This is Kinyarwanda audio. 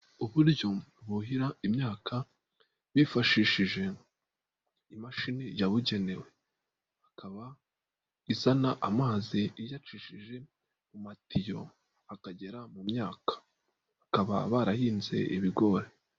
Uburyo buhira imyaka bifashishije imashini yabugenewe, ikaba izana amazi iyacishije mu matiyo akagera mu myaka, bakaba barahinze ibigori.